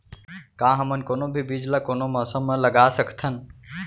का हमन कोनो भी बीज ला कोनो मौसम म लगा सकथन?